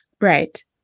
Right